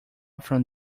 from